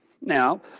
Now